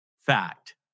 fact